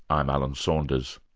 i'm alan saunders.